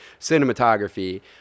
cinematography